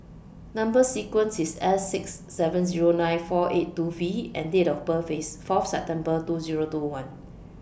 Number sequence IS S six seven Zero nine four eight two V and Date of birth IS four of September two Zero two one